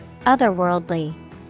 Otherworldly